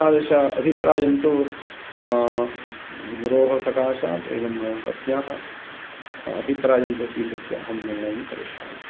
तादृश अभिप्रायं तु मम गुरोः सकाशात् एवं मम पत्न्याः अभिप्रायं च स्वीकृत्य अहं निर्णयं करिष्यामि